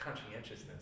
conscientiousness